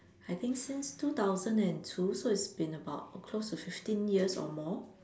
I think since two thousand and two so it's been about close to fifteen years or more